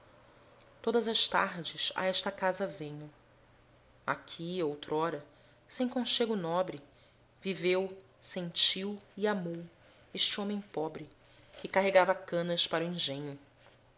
todas as tardes a esta casa venho aqui outrora sem conchego nobre viveu sentiu e amou este homem pobre que carregava canas para o engenho